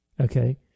Okay